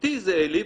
אותי זה העליב,